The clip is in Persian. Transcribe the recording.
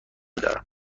دارم